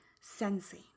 sensing